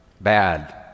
bad